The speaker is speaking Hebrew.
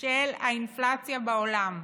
של האינפלציה בעולם?